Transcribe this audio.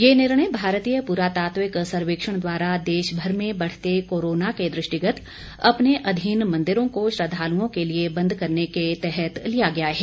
ये निर्णय भारतीय पुरातात्विक सर्वेक्षण द्वारा देशमर में बढ़ते कोरोना के दृष्टिगत अपने अधीन मन्दिरों को श्रद्वालुओं के लिए बंद करने के दृष्टिगत लिया गया है